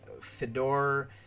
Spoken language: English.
Fedor